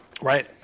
right